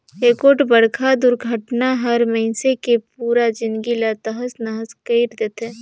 एगोठ बड़खा दुरघटना हर मइनसे के पुरा जिनगी ला तहस नहस कइर देथे